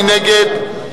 מי נגד?